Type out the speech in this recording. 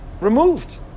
removed